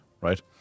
right